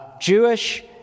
Jewish